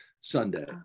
Sunday